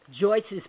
Joyce's